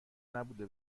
نبوده